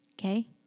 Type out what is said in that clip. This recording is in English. Okay